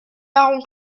marron